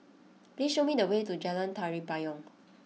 please show me the way to Jalan Tari Payong